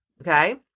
Okay